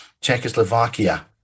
Czechoslovakia